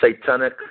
Satanic